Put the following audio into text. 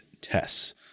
tests